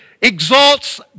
exalts